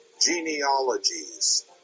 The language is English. genealogies